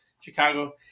chicago